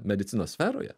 medicinos sferoje